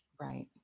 Right